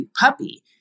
puppy